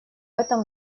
этом